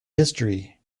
history